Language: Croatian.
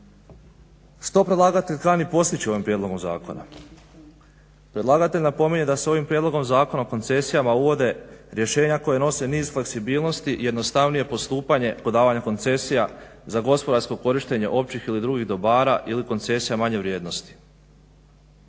Što predlagatelj kani postići ovim prijedlogom zakona? Predlagatelj napominje da se ovim prijedlogom Zakona o koncesijama uvode rješenja koja nose niz fleksibilnosti, jednostavnije postupanje kod davanja koncesija za gospodarsko korištenje općih ili drugih dobara ili koncesija manje vrijednosti.